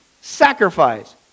sacrifice